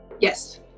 Yes